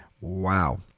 wow